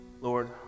Lord